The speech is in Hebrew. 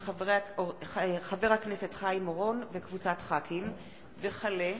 מאת חברי הכנסת חיים אורון, אילן גילאון,